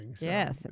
Yes